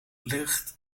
ligt